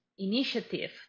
initiative